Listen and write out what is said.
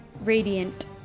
radiant